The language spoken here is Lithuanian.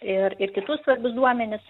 ir ir kitus svarbius duomenis